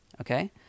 Okay